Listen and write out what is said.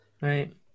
right